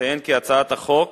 אציין כי הצעת החוק